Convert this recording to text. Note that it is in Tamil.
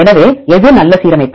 எனவே எது நல்ல சீரமைப்பு